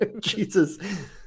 Jesus